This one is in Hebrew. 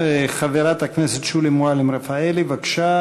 חברת הכנסת שולי מועלם-רפאלי, בבקשה.